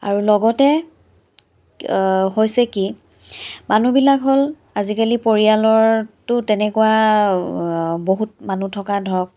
আৰু লগতে হৈছে কি মানুহবিলাক হ'ল আজিকালি পৰিয়ালৰতো তেনেকুৱা বহুত মানুহ থকা ধৰক